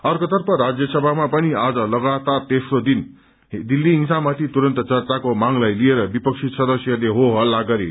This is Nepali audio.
अर्कोतर्फ राज्यसभामा पनि आज लगातार तेस्रो दिन दिल्ली हिंसामाथि तुरून्त चर्चाको मागलाई लिएर विपक्षी सदस्यहरूले हो हल्ला गरे